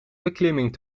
beklimming